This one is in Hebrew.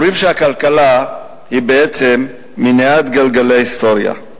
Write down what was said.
אומרים שהכלכלה מניעה את גלגלי ההיסטוריה.